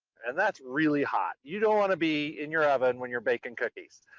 and that's really hot. you don't want to be in your oven when you're baking cookies.